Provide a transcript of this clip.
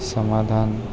સમાધાન